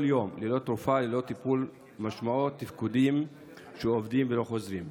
כל יום ללא תרופה וללא טיפול משמעו תפקודים שאובדים ולא חוזרים.